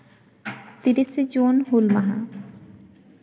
ᱛᱤᱨᱤᱥᱮ ᱡᱩᱱ ᱦᱩᱞ ᱢᱟᱦᱟ